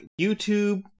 YouTube